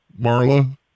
Marla